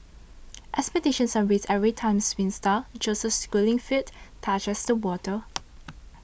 expectations are raised every time swim star Joseph Schooling's feet touches the water